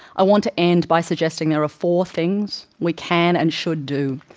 i want to end by suggesting there are four things we can, and should do,